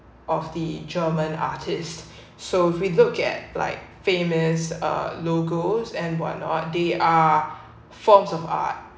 of the german artist so we look at like famous uh logos and whatnot they are forms of art